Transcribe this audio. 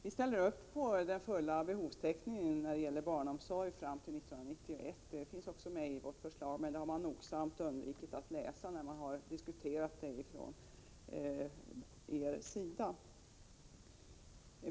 Vi ställer upp på den fulla behovstäckningen när det gäller barnomsorg fram till 1991. Det finns också med i vårt förslag, men det har man nogsamt undvikit att ta med i diskussionerna.